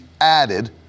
added